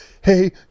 hey